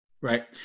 Right